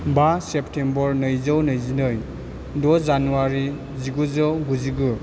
बा सेपथेम्बर नैजौ नैजिनै द' जानुवारि जिगुजौ गुजिगु